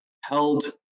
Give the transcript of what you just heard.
held